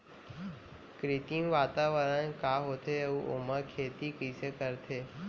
कृत्रिम वातावरण का होथे, अऊ ओमा खेती कइसे करथे?